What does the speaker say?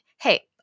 Hey